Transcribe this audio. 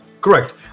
Correct